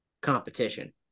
competition